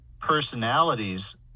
personalities